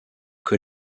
que